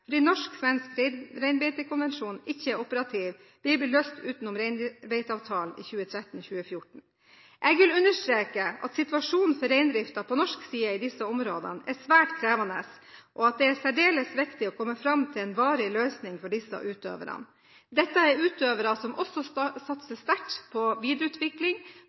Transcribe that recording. fordi norsk-svensk reinbeitekonvensjon ikke er operativ, vil bli løst utenom reinbeiteavtalen 2013/2014. Jeg vil understreke at situasjonen for reindriften på norsk side i disse områdene er svært krevende, og at det er særdeles viktig å komme fram til en varig løsning for disse utøverne. Dette er utøvere som satser sterkt på videreutvikling og på ungdommen i området, og som også har satset sterkt på